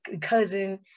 cousin